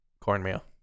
cornmeal